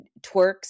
twerks